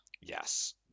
Yes